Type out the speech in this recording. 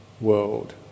world